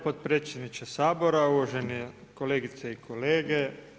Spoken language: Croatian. Potpredsjedniče Sabora, uvažene kolegice i kolege.